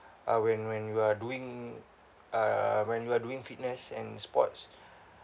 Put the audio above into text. ah when when you are doing uh when you are doing fitness and sports